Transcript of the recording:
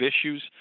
issues